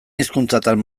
hizkuntzatan